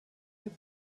hip